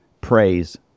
praise